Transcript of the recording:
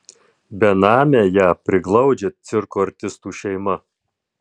benamę ją priglaudžia cirko artistų šeima